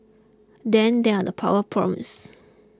then there are the power problems